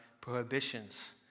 prohibitions